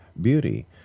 Beauty